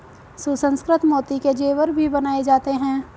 सुसंस्कृत मोती के जेवर भी बनाए जाते हैं